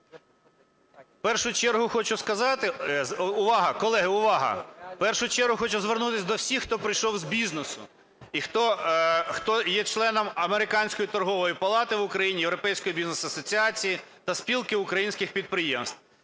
В першу чергу хочу звернутись до всіх, хто прийшов з бізнесу, і хто є членом Американської торгової палати в Україні, Європейської бізнес-асоціації та Спілки українських підприємств.